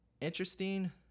interesting